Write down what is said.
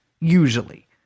usually